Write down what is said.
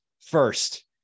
first